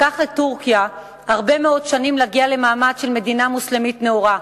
לקח לטורקיה הרבה מאוד שנים להגיע למעמד של מדינה מוסלמית נאורה,